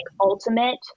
ultimate